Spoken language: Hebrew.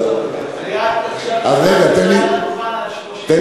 אני רק עכשיו הצהרתי מעל הדוכן על 30 תקנים.